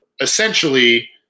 essentially